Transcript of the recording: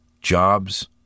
Jobs